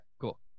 cool